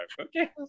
Okay